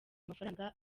amafaranga